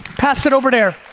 pass it over there,